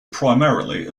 primarily